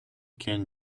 can